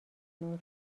نور